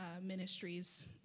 ministries